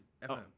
FM